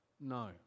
no